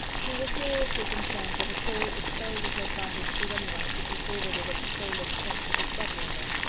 he was seriously concerned that a cause of so little advantage to anyone should be forwarded at the sole expense of his brother-in-law,